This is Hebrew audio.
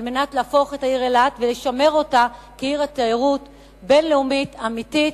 על מנת להפוך את העיר אילת ולשמר אותה כעיר תיירות בין-לאומית אמיתית,